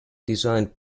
designed